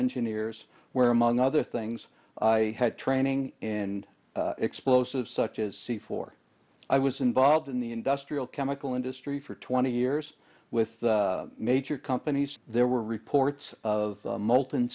engineers where among other things i had training and explosive such as c four i was involved in the industrial chemical industry for twenty years with major companies there were reports of molten